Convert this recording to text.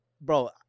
bro